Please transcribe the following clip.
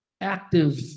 active